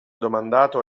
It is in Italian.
domandato